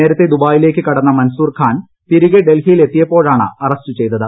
നേരത്തെ ദുബായിലേക്ക് കടന്ന മൻസൂർഖാൻ തിരികെ ഡൽഹിയിൽ എത്തിയപ്പോഴാണ് അറസ്റ്റ് ചെയ്തത്